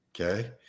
Okay